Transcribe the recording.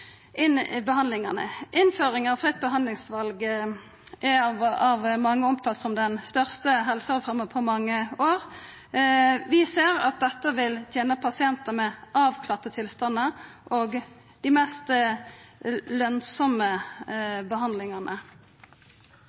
behandlingane. Innføringa av fritt behandlingsval er av mange omtala som den største helsereforma på mange år. Vi ser at dette vil tena pasientane med avklarte tilstandar og dei mest lønsame behandlingane.